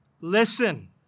Listen